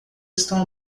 estão